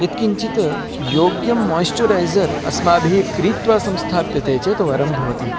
यत्किञ्चित् योग्यं मोयचरैज़र् अस्माभिः क्रीत्वा संस्थाप्यते चेत् वरं भवति